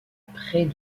près